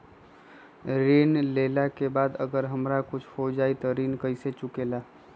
ऋण लेला के बाद अगर हमरा कुछ हो जाइ त ऋण कैसे चुकेला?